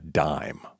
dime